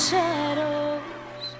Shadows